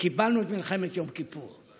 וקיבלנו את מלחמת יום כיפור.